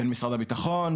בין משרד הביטחון,